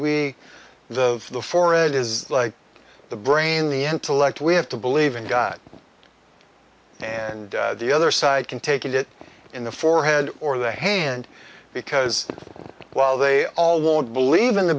the four it is like the brain the intellect we have to believe in god and the other side can take it in the forehead or the hand because while they all won't believe in the